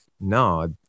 no